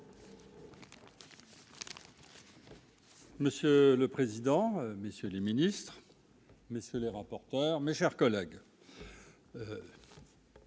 Monsieur le président, messieurs les Ministres, messieurs les rapporteurs, mes chers collègues.